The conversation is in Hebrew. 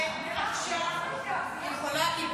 עכשיו היא יכולה.